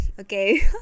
okay